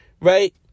Right